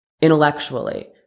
intellectually